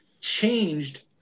changed